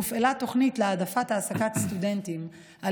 הופעלה תוכנית להעדפת העסקת סטודנטים על